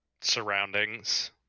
surroundings